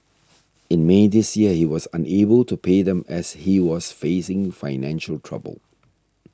in May this year he was unable to pay them as he was facing financial trouble